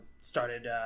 started